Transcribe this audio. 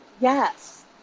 yes